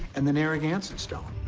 and the narragansett stone.